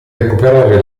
recuperare